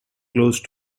close